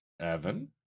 Evan